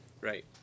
Right